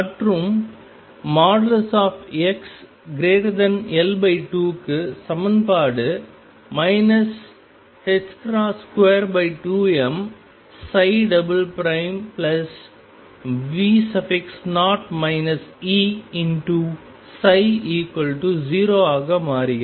மற்றும் xL2 க்கு சமன்பாடு 22mψ0 ஆக மாறுகிறது